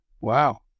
Wow